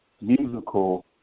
musical